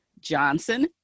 Johnson